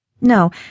No